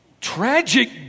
tragic